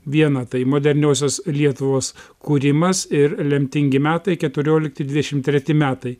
vieną tai moderniosios lietuvos kūrimas ir lemtingi metai keturiolikti dvidešim treti metai